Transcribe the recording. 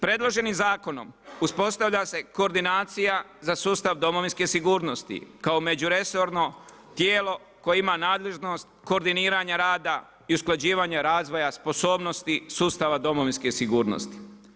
Predloženim zakonom uspostavlja se koordinacija za sustav domovinske sigurnosti, kao međuresorno tijelo koje ima nadležnost koordiniranja rada i usklađivanje razvoja sposobnosti sustava domovinske sigurnosti.